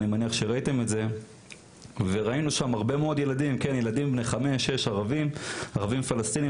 וראינו שם הרבה מאוד ילדים ערבים פלסטינים